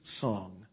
song